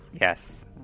yes